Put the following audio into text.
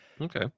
okay